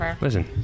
Listen